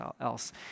else